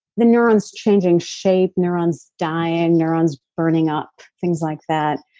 the neurons changing shape, neurons dying, neurons burning up, things like that